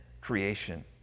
creation